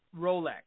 Rolex